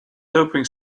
doping